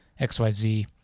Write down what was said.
xyz